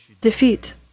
defeat